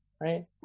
right